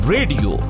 Radio